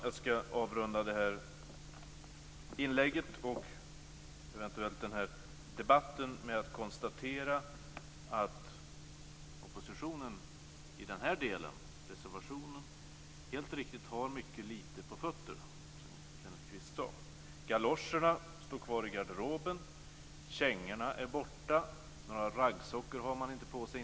Jag ska avrunda det här inlägget och eventuellt den här debatten med att konstatera att oppositionen i den här delen, som gäller reservationen, helt riktigt har mycket lite på fötterna, som Kenneth Kvist sade. Galoscherna står kvar i garderoben. Kängorna är borta. Några raggsockor har man inte på sig.